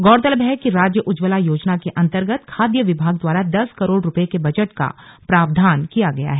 गौरतलब है कि राज्य उज्जवला योजना के अंतर्गत खाद्य विभाग द्वारा दस करोड़ रुपये के बजट का प्रावधान किया गया है